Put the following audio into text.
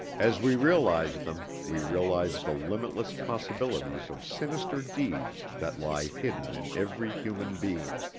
as we realize them we realize the limitless possibilities of sinister deeds that lie hidden in every human being.